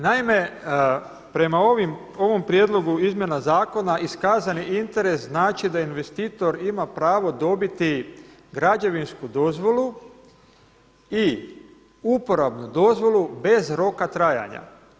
Naime, prema ovom prijedlogu izmjena zakona iskazani interes znači da investitor ima pravo dobiti građevinsku dozvolu i uporabnu dozvolu bez roka trajanja.